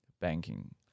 banking